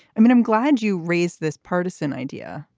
i mean, i'm glad you raised this partisan idea.